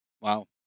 Wow